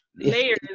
layers